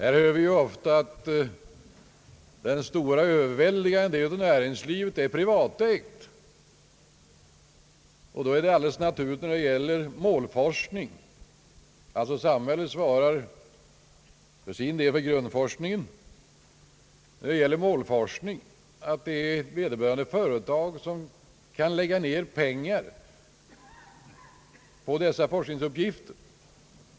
Vi får ju ofta höra att den överväldigande delen av näringslivet är privatägt, och då är det ju naturligt att det är företagen som kan lägga ned pengar på målforskning medan samhället svarar för grundforskningen.